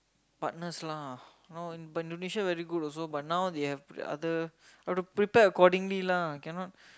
partners lah now but Indonesia very good also but now they have other have to prepare accordingly lah